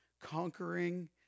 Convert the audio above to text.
conquering